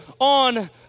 on